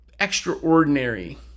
extraordinary